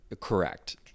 Correct